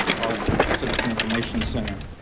our citizen information center.